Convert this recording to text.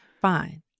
fine